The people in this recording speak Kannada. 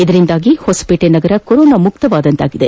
ಇದರಿಂದಾಗಿ ಹೊಸಪೇಟೆ ನಗರ ಕೊರೋನಾ ಮುಕ್ತವಾದಂತಾಗಿದೆ